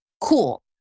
Cool